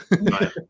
Right